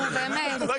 בו באמת.